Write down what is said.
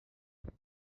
haut